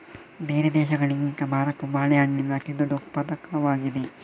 ಬೇರೆ ದೇಶಗಳಿಗಿಂತ ಭಾರತವು ಬಾಳೆಹಣ್ಣಿನ ಅತಿದೊಡ್ಡ ಉತ್ಪಾದಕವಾಗಿದೆ